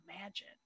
imagine